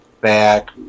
back